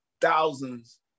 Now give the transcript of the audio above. thousands